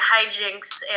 hijinks